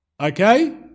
Okay